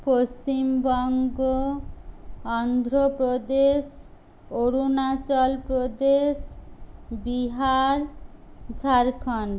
Paschimbanga Andhra Pradesh Arunachal Pradesh Bihar Jharkhand